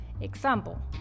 Example